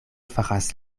faras